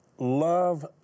Love